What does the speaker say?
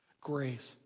Grace